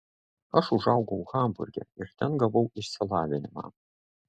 aš užaugau hamburge ir ten gavau išsilavinimą